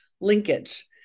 linkage